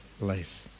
life